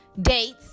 dates